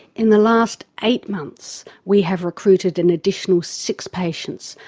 in the last eight months we have recruited an additional six patients.